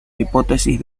hipótesis